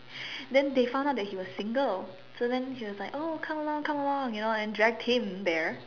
then they found out that he was single so then she was like oh come along come along you know and dragged him there